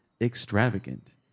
extravagant